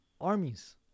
armies